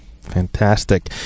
fantastic